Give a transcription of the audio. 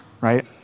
Right